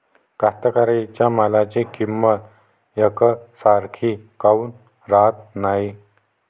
कास्तकाराइच्या मालाची किंमत यकसारखी काऊन राहत नाई?